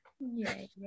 Yay